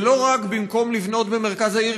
זה לא רק במקום לבנות במרכז העיר,